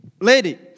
lady